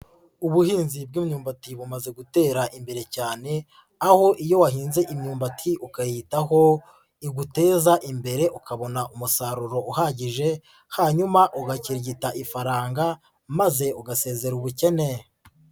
Ubuhinzi bw'imyumbati bumaze gutera imbere cyane, aho iyo wahinze imyumbati ukayitaho iguteza imbere ukabona umusaruro uhagije hanyuma ugakirigita ifaranga maze ugasezera ubukene.